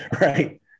right